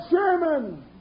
Sherman